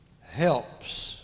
Helps